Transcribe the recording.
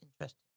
interesting